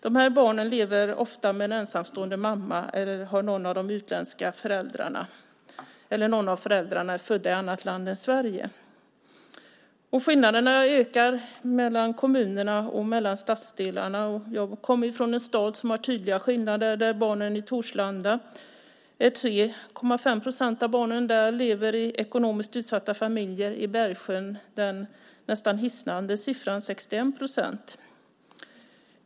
De här barnen lever ofta med en ensamstående mamma eller har någon förälder som är född i ett annat land än Sverige. Skillnaderna ökar mellan kommunerna och mellan stadsdelarna. Jag kommer från en stad som har tydliga skillnader. I Torslanda lever 3,5 procent av barnen i ekonomiskt utsatta familjer. I Bergsjön är det den nästan hisnande siffran 61 procent.